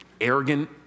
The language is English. arrogant